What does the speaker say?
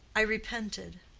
i repented.